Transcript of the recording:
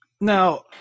Now